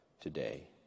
today